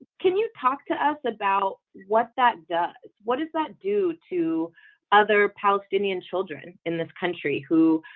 can you talk to us about what that does what does that do to other palestinian children in this country who